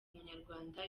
umunyarwanda